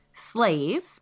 slave